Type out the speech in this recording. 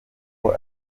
uko